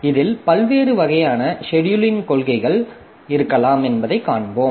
இதில் பல்வேறு வகையான செடியூலிங் கொள்கைகள் இருக்கலாம் என்பதைக் காண்போம்